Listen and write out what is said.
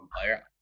player